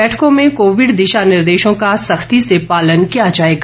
बैठकों में कोविड दिशा निर्देशों का सख्ती से पालन किया जाएगा